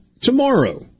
tomorrow